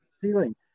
feeling